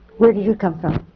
where do you come from?